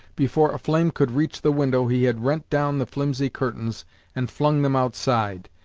before a flame could reach the window he had rent down the flimsy curtains and flung them outside.